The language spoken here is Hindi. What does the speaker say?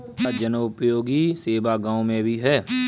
क्या जनोपयोगी सेवा गाँव में भी है?